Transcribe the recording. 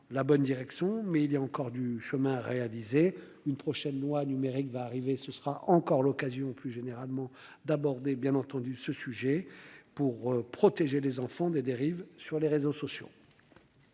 la bonne direction mais il y a encore du chemin à réaliser une prochaine loi numérique va arriver ce sera encore l'occasion plus généralement d'aborder bien entendu ce sujet pour protéger les enfants des dérives sur les réseaux sociaux.